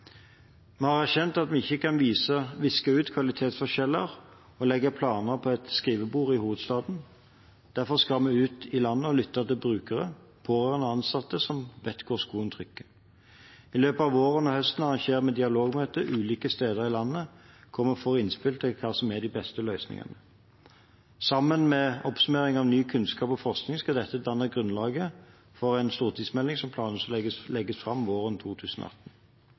Vi har erkjent at vi ikke kan viske ut kvalitetsforskjeller og legge planer på et skrivebord i hovedstaden. Derfor skal vi ut i landet og lytte til brukere, pårørende og ansatte, som vet hvor skoen trykker. I løpet av våren og høsten arrangerer vi dialogmøter ulike steder i landet, der vi får innspill til hva som er de beste løsningene. Sammen med oppsummering av ny kunnskap og forskning skal dette danne grunnlaget for en stortingsmelding som planlegges å legges fram våren 2018.